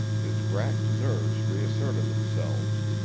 his racked nerves reasserted themselves.